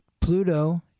Pluto